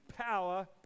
power